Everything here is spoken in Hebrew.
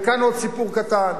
וכאן עוד סיפור קטן.